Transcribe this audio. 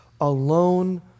alone